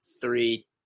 three